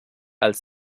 als